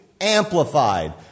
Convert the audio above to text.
amplified